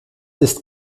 ist